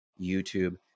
YouTube